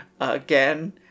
again